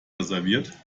reserviert